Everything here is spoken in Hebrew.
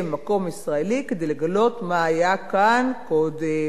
שם או מקום ישראלי כדי לגלות מה היה כאן קודם.